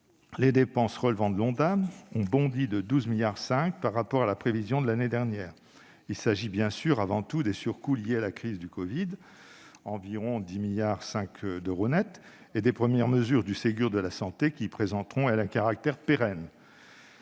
les dépenses relevant de l'Ondam ont bondi de 12,5 milliards d'euros par rapport à la prévision de l'année dernière. Il s'agit bien sûr avant tout des surcoûts liés à la crise du covid-19- environ 10,5 milliards d'euros nets -et des premières mesures du Ségur de la santé, qui présenteront, elles, un caractère pérenne